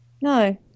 No